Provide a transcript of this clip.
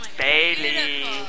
Bailey